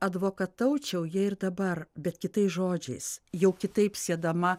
advokataučiau jai ir dabar bet kitais žodžiais jau kitaip siedama